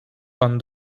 pan